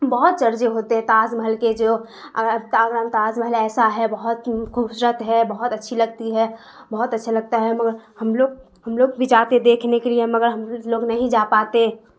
بہت چرچے ہوتے ہے تاج محل کے جو آگرہ میں تاج محل ایسا ہے بہت خوبصورت ہے بہت اچھی لگتی ہے بہت اچھا لگتا ہے مگر ہم لوگ ہم لوگ بھی جاتے دیکھنے کے لیے مگر ہم لوگ نہیں جا پاتے